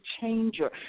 changer